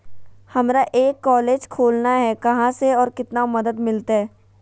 हमरा एक कॉलेज खोलना है, कहा से और कितना मदद मिलतैय?